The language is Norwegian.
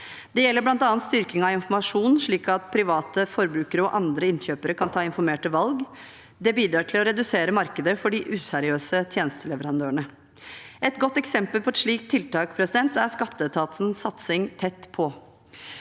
Det gjelder bl.a. styrking av informasjon, slik at private forbrukere og andre innkjøpere kan ta informerte valg. Det bidrar til å redusere markedet for de useriøse tjenesteleverandørene. Et godt eksempel på et slikt tiltak er skatteetatens satsing Tettpå.